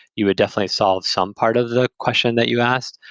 you would definitely solve some part of the question that you asked.